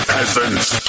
Peasants